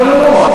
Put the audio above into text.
לא לא לא,